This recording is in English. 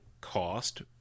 cost